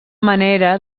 manera